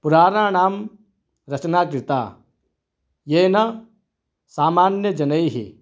पुराणानां रचना कृता येन सामान्यजनैः